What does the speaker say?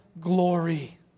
glory